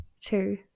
Two